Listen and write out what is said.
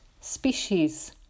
species